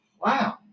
Wow